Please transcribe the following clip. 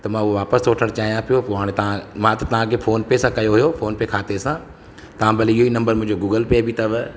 त मां उहो वापसि सोचणु चाहियां पियो पोइ हाणे तव्हां मां त तव्हांखे फोन पे सां कयो हुओ फोन पे खाते सां तव्हां भली इहो ई नंबर मुंहिंजो गूगल पे बि अथव